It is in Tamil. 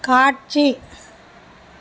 காட்சி